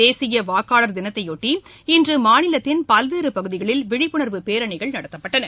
தேசிய வாக்காளர் தினத்தையொட்டி இன்று மாநிலத்தின் பல்வேறு பகுதிகளில் விழிப்புணர்வு பேரணிகள் நடத்தப்பட்டன